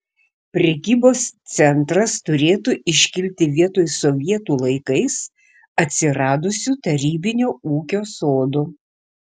prekybos centras turėtų iškilti vietoj sovietų laikais atsiradusių tarybinio ūkio sodų